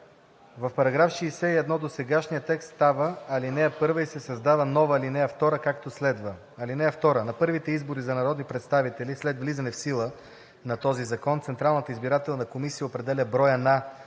„В § 61 досегашният текст става ал. 1 и се създава нова ал. 2, както следва: (2) На първите избори за народни представители, след влизане в сила на този закон, Централната избирателна комисия определя броя на